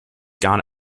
gun